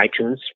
iTunes